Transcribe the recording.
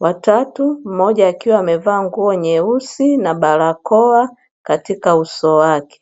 watatu, mmoja akiwa amevaa nguo nyeusi na barakoa katika uso wake.